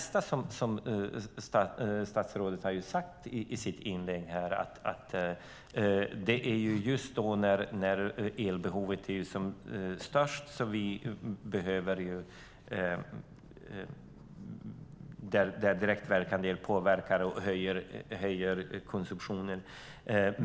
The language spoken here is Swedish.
Statsrådet säger att det är just när elbehovet är som störst som direktverkande el påverkar och ökar konsumtionen.